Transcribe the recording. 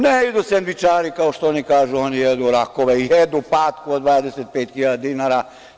Ne idu sendvičari kao što oni kažu, oni jedu rakove, jedu patku od 25.000 dinara.